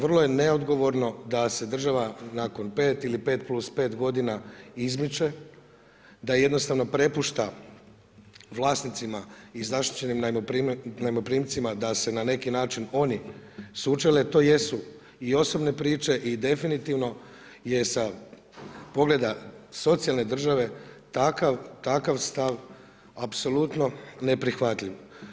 Vrlo je neodgovorno da se država nakon pet ili pet plus pet godina izmiče, da jednostavno prepušta vlasnicima i zaštićenim najmoprimcima da se na neki način oni sučele to jesu i osobne priče i definitivno je sa pogleda socijalne države takav stav apsolutno neprihvatljiv.